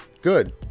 good